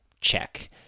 check